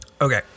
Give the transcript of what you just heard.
Okay